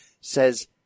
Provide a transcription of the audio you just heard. says